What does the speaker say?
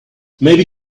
maybe